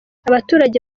abaturage